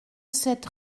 sept